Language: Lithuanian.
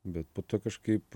bet po to kažkaip